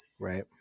right